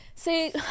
See